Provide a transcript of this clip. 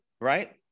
right